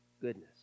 Goodness